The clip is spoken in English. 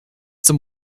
some